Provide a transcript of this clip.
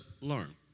learn